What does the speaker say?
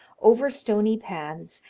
over stony paths,